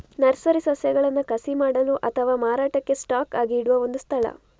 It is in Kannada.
ನರ್ಸರಿ ಸಸ್ಯಗಳನ್ನ ಕಸಿ ಮಾಡಲು ಅಥವಾ ಮಾರಾಟಕ್ಕೆ ಸ್ಟಾಕ್ ಆಗಿ ಇಡುವ ಒಂದು ಸ್ಥಳ